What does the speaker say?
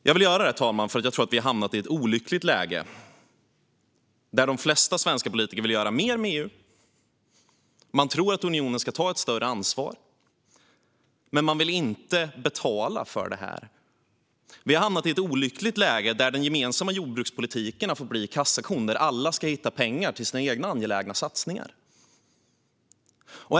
Jag vill göra det, fru talman, eftersom jag tror att vi har hamnat i ett olyckligt läge där de flesta svenska politiker vill göra mer med EU. Man tycker att unionen ska ta ett större ansvar, men man vill inte betala. Vi har hamnat i ett olyckligt läge där den gemensamma jordbrukspolitiken har blivit kassakon där alla ska hitta pengar till sina egna angelägna satsningar.